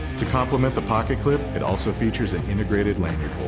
to complement the pocket clip it also features an integrated language